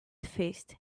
fist